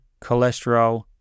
cholesterol